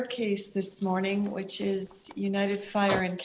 the case this morning which is united fire in